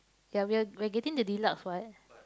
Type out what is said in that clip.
yeah we are we are getting the deluxe what